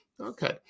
Okay